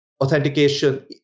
authentication